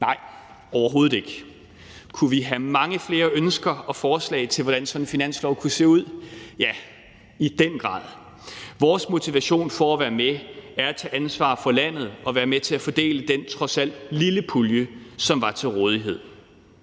Nej, overhovedet ikke. Kunne vi have mange flere ønsker og forslag til, hvordan sådan en finanslov kunne se ud? Ja, i den grad. Vores motivation for at være med er at tage ansvar for landet og være med til at fordele den trods alt lille pulje, som var til rådighed.